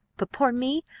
but poor me!